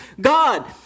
God